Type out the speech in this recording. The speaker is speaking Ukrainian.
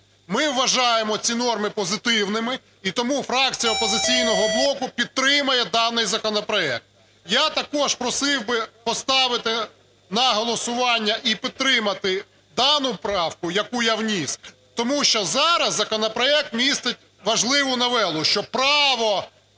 Ми вважаємо ці норми позитивними. І тому фракція "Опозиційного блоку" підтримає даний законопроект. Я також просив би поставити на голосування і підтримати дану правку, яку я вніс, тому що зараз законопроект містить важливу новелу. Що право